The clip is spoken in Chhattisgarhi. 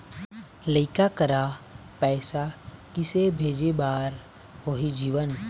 लइका करा पैसा किसे भेजे बार होही जीवन